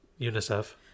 UNICEF